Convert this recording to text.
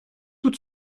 tout